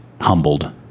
humbled